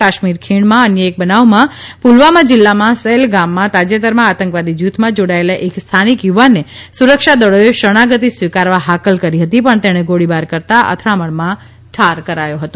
કાશ્મીર ખીણમાં અન્ય એક બનાવમાં પુલવામા જીલ્લામાં સૈલ ગામમાં તાજેતરમાં આતંકવાદી જૂથમાં જોડાયેલા એક સ્થાનિક યુવાનને સુરક્ષાદળોએ શરણાગતિ સ્વીકારવા હાકલ કરી હતી પણ તેણે ગોળીબાર કરતાં અથડામણમાં ઠાર કરાયો હતો